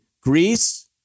Greece